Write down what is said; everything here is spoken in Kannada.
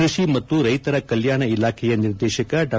ಕ್ಬಡಿ ಮತ್ತು ರೈತರ ಕಲ್ಯಾಣ ಇಲಾಖೆಯ ನಿರ್ದೇಶಕ ಡಾ